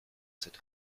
cette